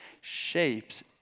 shapes